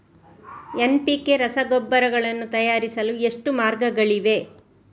NPK ರಸಗೊಬ್ಬರಗಳನ್ನು ತಯಾರಿಸಲು ಎಷ್ಟು ಮಾರ್ಗಗಳಿವೆ?